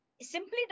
simply